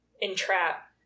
entrap